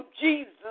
Jesus